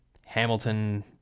Hamilton